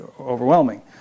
overwhelming